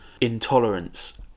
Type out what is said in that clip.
intolerance